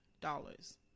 dollars